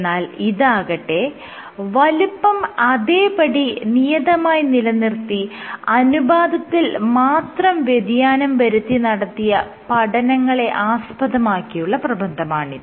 എന്നാൽ ഇതാകട്ടെ വലുപ്പം അതേപടി നിയതമായി നിലനിർത്തി അനുപാതത്തിൽ മാത്രം വ്യതിയാനം വരുത്തി നടത്തിയ പഠനങ്ങളെ ആസ്പദമാക്കിയുള്ള പ്രബന്ധമാണിത്